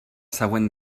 següent